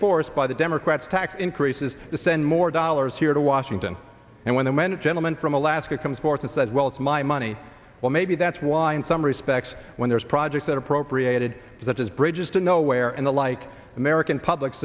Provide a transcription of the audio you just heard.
forced by the democrats tax increases to send more dollars here to washington and when the when a gentleman from alaska comes forth and says well it's my money well maybe that's why in some respects when there's projects that are appropriated such as bridges to nowhere and the like the american public